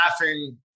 laughing